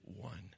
one